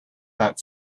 that